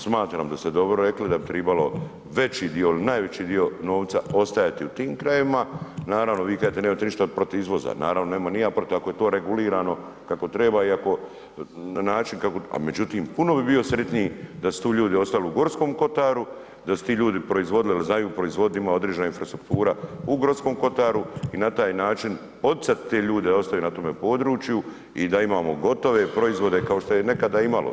Smatram da ste dobro rekli da bi tribalo veći dio, najveći dio novca ostajati u tim krajevima, naravno vi kažete nemate ništa protiv izvoza, naravno nemam ni ja protiv ako je to regulirano kako treba iako, na način, međutim puno bi bio sritniji da su tu ljudi ostali u Gorskom kotaru, da su ti ljudi proizvodili jer znaju proizvoditi ima određena infrastruktura u Gorskom kotaru i na taj način poticat te ljude da ostaju na tome području i da imamo gotove proizvode kao što je nekada imalo.